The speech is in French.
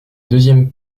deuxième